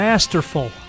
Masterful